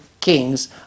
kings